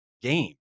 game